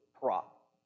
prop